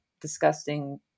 disgusting